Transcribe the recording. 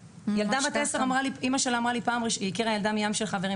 ילדה בת 10 הכירה חברה מ"ים של חברים",